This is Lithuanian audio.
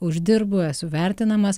uždirbu esu vertinamas